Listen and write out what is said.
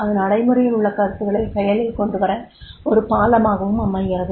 அது நடைமுறையில் உள்ள கருத்துக்களை செயலில் கொண்டுவர ஒரு பாலமாகவும் அமைகிறது